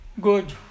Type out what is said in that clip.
Good